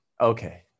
Okay